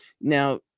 Now